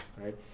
right